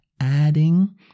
adding